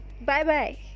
Bye-bye